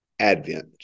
Advent